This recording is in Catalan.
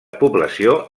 població